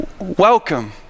welcome